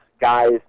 guys